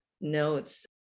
notes